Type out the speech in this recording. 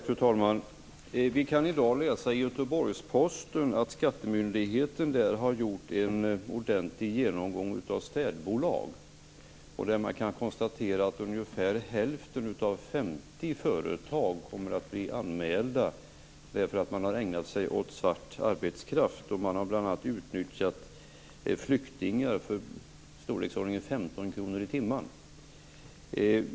Fru talman! Vi kan i dag läsa i Göteborgs-Posten att skattemyndigheten där har gjort en ordentlig genomgång av städbolag. Man kan konstatera att ungefär hälften av 50 företag kommer att bli anmälda därför att de har använt svart arbetskraft, bl.a. utnyttjat flyktingar för i storleksordningen 15 kr i timmen.